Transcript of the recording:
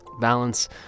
Balance